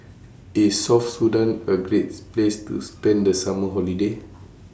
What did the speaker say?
IS South Sudan A Great Place to spend The Summer Holiday